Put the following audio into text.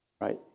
right